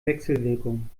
wechselwirkung